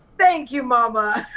thank you momma!